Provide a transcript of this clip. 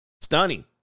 stunning